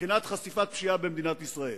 מבחינת חשיפת פשיעה במדינת ישראל.